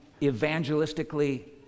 evangelistically